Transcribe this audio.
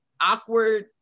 awkward